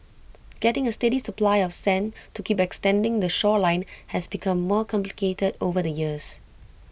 getting A steady supply of sand to keep extending the shoreline has become more complicated over the years